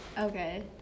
Okay